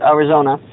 Arizona